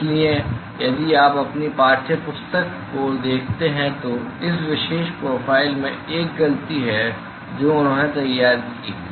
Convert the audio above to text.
इसलिए यदि आप अपनी पाठ्य पुस्तक को देखते हैं तो इस विशेष प्रोफ़ाइल में एक गलती है जो उन्होंने तैयार की है